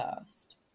first